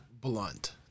blunt